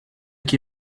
qui